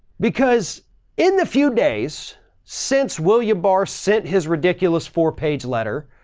because in the few days since william barr sit, his ridiculous four page letter,